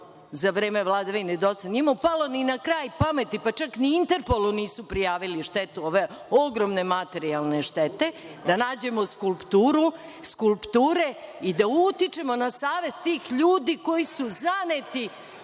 za vreme vladavine DOS-a nije mu palo ni na kraj pameti, pa čak ni Interpolu nisu prijavili štetu, ove ogromne materijalne štete, da nađemo skulpture, i da utičemo na savest tih ljudi koji su zaneti